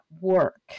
work